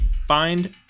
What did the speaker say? Find